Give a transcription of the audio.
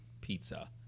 pizza